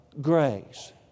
grace